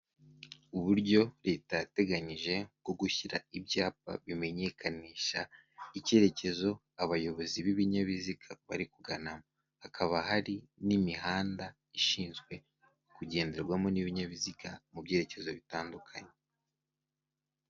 Uburyo leta yateganyije bwo gushyira ibyapa bimenyekanisha icyerekezo abayobozi b'ibinyabiziga bari kuganamo, hakaba hari n'imihanda ishinzwe kugenderwamo n'ibinyabiziga mu byerekezo bitandukanye.